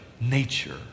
nature